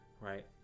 right